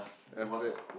then after that